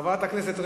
חברת הכנסת רגב.